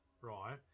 Right